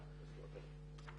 באחוזים.